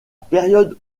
période